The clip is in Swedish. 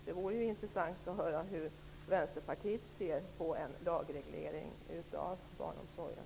Det vore intressant att höra hur vänsterpartiet ser på en lagreglering av barnomsorgen.